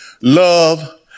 love